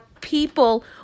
people